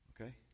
Okay